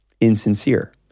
insincere